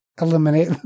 eliminate